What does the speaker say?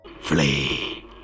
Flee